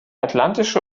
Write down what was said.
atlantische